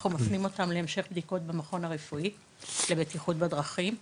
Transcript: אנחנו מפנים אותם להמשך בדיקות במכון הרפואי לבטיחות בדרכים,